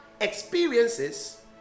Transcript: experiences